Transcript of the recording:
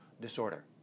disorder